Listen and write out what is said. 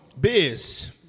Biz